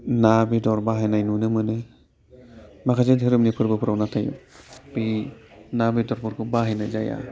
ना बेदर बाहायनाय नुनो मोनो माखासे धोरोमनि फोरबोफोराव नाथाय बे ना बेदरफोरखौ बाहायनाय जाया